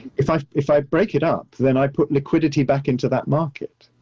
if i, if i break it up, then i put liquidity back into that market,